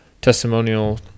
testimonial